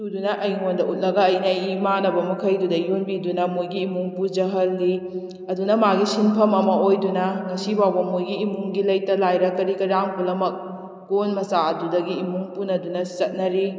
ꯇꯨꯗꯨꯅ ꯑꯩꯉꯣꯟꯗ ꯎꯠꯂꯒ ꯑꯩꯅ ꯑꯩꯒꯤ ꯏꯃꯥꯟꯅꯕ ꯃꯈꯩꯗꯨꯗ ꯌꯣꯟꯕꯤꯗꯨꯅ ꯃꯣꯏꯒꯤ ꯏꯃꯨꯡ ꯄꯨꯖꯍꯜꯂꯤ ꯑꯗꯨꯅ ꯃꯥꯒꯤ ꯁꯤꯟꯐꯝ ꯑꯃ ꯑꯣꯏꯗꯨꯅ ꯉꯁꯤ ꯐꯥꯎꯕ ꯃꯣꯏꯒꯤ ꯏꯃꯨꯡꯒꯤ ꯂꯩꯇ ꯂꯥꯏꯔ ꯀꯔꯤ ꯀꯔꯥꯡ ꯄꯨꯝꯅꯃꯛ ꯀꯣꯟ ꯃꯆꯥ ꯑꯗꯨꯗꯒꯤ ꯏꯃꯨꯡ ꯄꯨꯅꯗꯨꯅ ꯆꯠꯅꯔꯤ